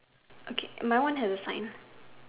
okay my one has a sign